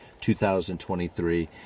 2023